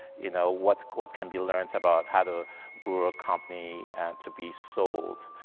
you know, what what can be learned about how to grow a company to be sold.